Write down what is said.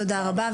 תודה רבה.